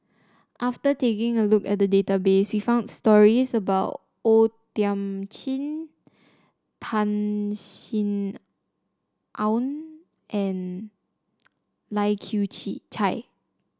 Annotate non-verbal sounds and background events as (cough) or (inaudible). after taking a look at the database we found stories about O Thiam Chin Tan Sin Aun and Lai Kew (unintelligible) Chai